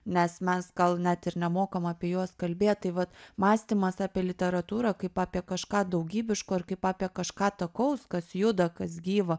nes mes gal net ir nemokam apie juos kalbėt tai vat mąstymas apie literatūrą kaip apie kažką daugybiško ir kaip apie kažką takaus kas juda kas gyva